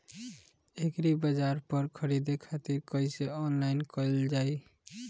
एग्रीबाजार पर खरीदे खातिर कइसे ऑनलाइन कइल जाए?